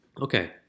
Okay